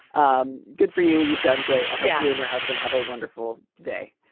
um good for you. you sound great. yeah you and your husband have a wonderful day.